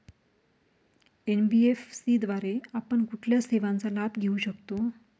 NBFC द्वारे आपण कुठल्या सेवांचा लाभ घेऊ शकतो?